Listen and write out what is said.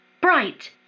Bright